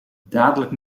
dadelijk